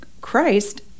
Christ